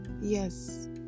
Yes